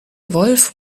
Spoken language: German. wolff